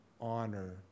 honor